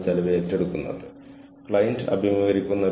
നിങ്ങളിൽ ചിലർ ഞങ്ങളുമായി വളരെ ബന്ധപ്പെട്ടിരിക്കുന്നു